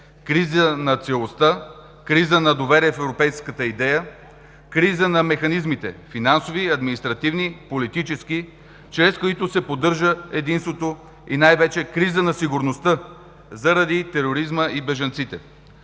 Криза на целостта, криза на доверие в европейската идея, криза на механизмите – финансови, административни, политически, чрез които се поддържа единството, и най-вече криза на сигурността заради тероризма и бежанците.